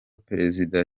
perezida